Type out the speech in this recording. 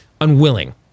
unwilling